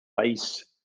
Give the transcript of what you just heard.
país